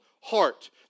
heart